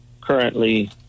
currently